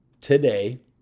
today